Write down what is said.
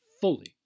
fully